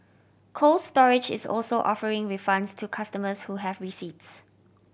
Cold Storage is also offering refunds to customers who have receipts